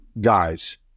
guys